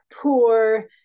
poor